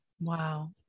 Wow